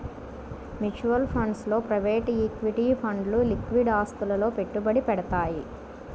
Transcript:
mutual funds లో private equity ఫండ్లు liquid ఆస్తులలో పెట్టుబడి పెడతయ్యి